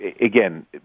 again